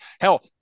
Hell